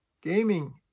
Gaming